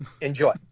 Enjoy